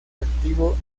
activo